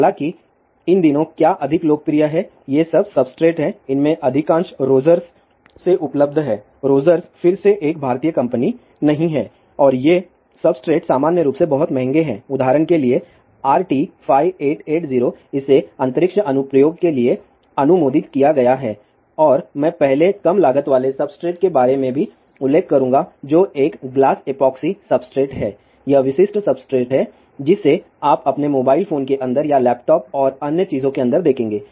हालाँकि इन दिनों क्या अधिक लोकप्रिय हैं ये सब सब्सट्रेट हैं इनमें से अधिकांश रोजर्स से उपलब्ध हैं रोजर्स फिर से एक भारतीय कंपनी नहीं है और ये सबस्ट्रेट्स सामान्य रूप से बहुत महंगे हैं उदाहरण के लिए RT5880 इसे अंतरिक्ष अनुप्रयोग के लिए अनुमोदित किया गया है और मैं पहले कम लागत वाले सब्सट्रेट के बारे में भी उल्लेख करूंगा जो एक ग्लास एपॉक्सी सब्सट्रेट है यह विशिष्ट सब्सट्रेट है जिसे आप अपने मोबाइल फोन के अंदर या लैपटॉप और अन्य चीजों के अंदर देखेंगे